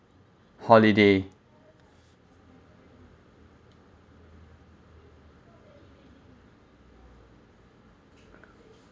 holiday